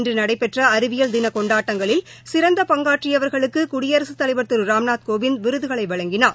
இன்று நடைபெற்ற அறிவியல் தின கொண்டாட்டங்களில் புதுதில்லியில் சிறந்து பங்காற்றியவர்களுக்கு குடியரசுத் தலைவர் திரு ராம்நாத் கோவிந்த் விருதுகளை வழங்கினார்